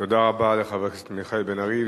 תודה רבה לחבר הכנסת מיכאל בן-ארי.